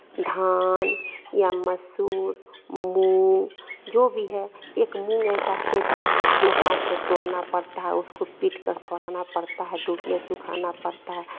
धान या मसूर मूंग जो भी है एक मूंग ऐसा खेत है जो हाथ से तोड़ना पड़ता है और उसको पीटकर छुड़ाना पड़ता है धूप में सुखाना पड़ता है